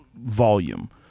volume